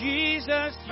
Jesus